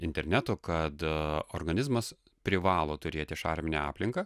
interneto kada organizmas privalo turėti šarminę aplinką